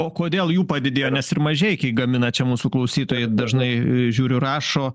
o kodėl jų padidėjo nes ir mažeikiai gamina čia mūsų klausytojai dažnai žiūriu rašo